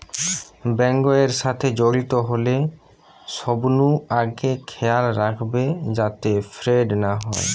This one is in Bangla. বেঙ্ক এর সাথে জড়িত হলে সবনু আগে খেয়াল রাখবে যাতে ফ্রড না হয়